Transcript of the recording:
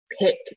pick